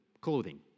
clothing